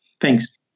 Thanks